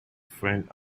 friend